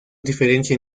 diferencia